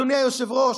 אדוני היושב-ראש,